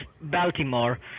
Baltimore